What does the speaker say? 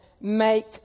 make